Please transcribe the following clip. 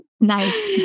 Nice